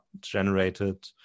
generated